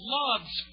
loves